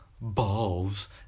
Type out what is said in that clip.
balls